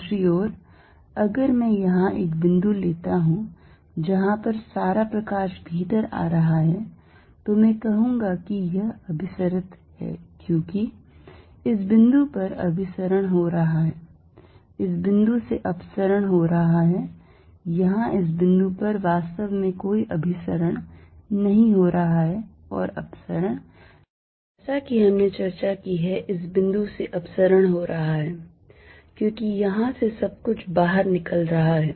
दूसरी ओर अगर मैं यहां एक बिंदु लेता हूं जहां पर सारा प्रकाश भीतर आ रहा हैं तो मैं कहूंगा कि यह अभिसरित है क्योंकि इस बिंदु पर अभिसरण हो रहा है इस बिंदु से अपसरण हो रहा है यहां इस बिंदु पर वास्तव में कोई अभिसरण नहीं हो रहा है और अपसरण जैसा कि हमने अभी चर्चा की है इस बिंदु से अपसरण हो रहा है क्योंकि यहां से सब कुछ बाहर निकल रहा है